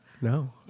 No